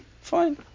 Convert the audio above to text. fine